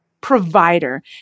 provider